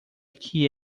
que